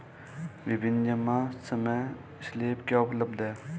विभिन्न जमा समय स्लैब क्या उपलब्ध हैं?